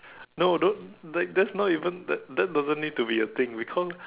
no don't like that's not even that that doesn't need to be a thing we call